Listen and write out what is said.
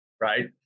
right